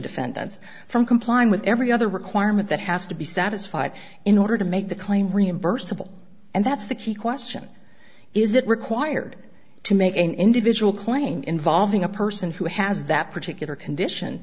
defendants from complying with every other requirement that has to be satisfied in order to make the claim reimbursable and that's the key question is it required to make an individual claim involving a person who has that particular condition